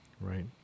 Right